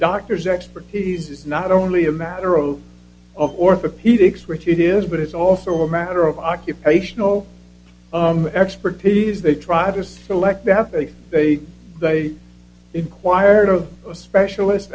doctors expertise is not only a matter of of orthopedics which it is but it's also a matter of occupational expertise they try to select they have they inquired of a specialist